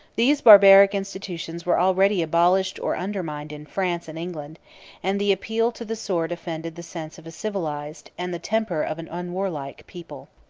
these barbaric institutions were already abolished or undermined in france and england and the appeal to the sword offended the sense of a civilized, and the temper of an unwarlike, people.